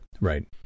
Right